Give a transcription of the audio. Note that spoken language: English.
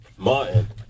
Martin